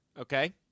Okay